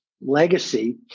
legacy